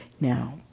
Now